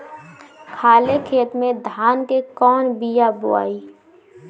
खाले खेत में धान के कौन बीया बोआई?